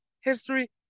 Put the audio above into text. history